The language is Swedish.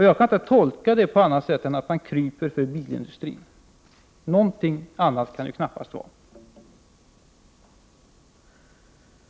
Jag kan inte tolka det på annat sätt än att man kryper för bilindustrin. Något annat kan det knappast vara fråga om.